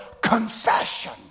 confession